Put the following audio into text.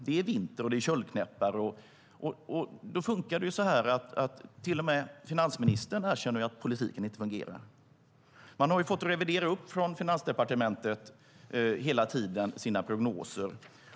Det är vinter och köldknäppar. Till och med finansministern känner att politiken inte fungerar. Finansdepartementet har hela tiden fått revidera sina prognoser.